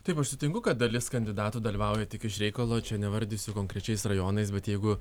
taip aš sutinku kad dalis kandidatų dalyvauja tik iš reikalo čia nevardysiu konkrečiais rajonais bet jeigu